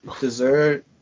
Dessert